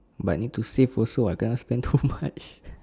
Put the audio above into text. but need to save also [what] cannot spend too much